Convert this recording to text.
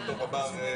מתעקש לא לתת להם.